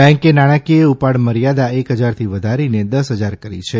બેન્કે નાણાકીય ઉપાડ મર્યાદા એક હજારથી વધારીને દસ હજાર કરી છે